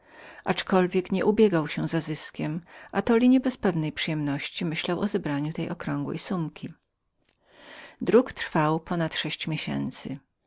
aczkolwiek herwas nie ubiegał się za zyskiem atoli nie bez pewnej przyjemności myślał o zebraniu sobie okrągłej sumki druk zajął sześć miesięcy